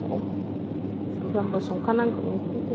गोथाव साामफ्रामबो संखानांगौ ओंख्रैफ्रा